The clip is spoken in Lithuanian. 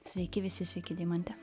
sveiki visi sveiki deimante